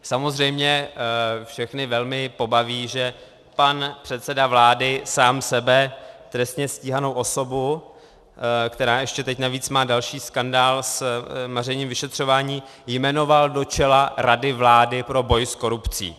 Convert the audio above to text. Samozřejmě všechny velmi pobaví, že pan předseda vlády sám sebe, trestně stíhanou osobu, která ještě teď navíc má další skandál s mařením vyšetřování, jmenoval do čela Rady vlády pro boj s korupcí.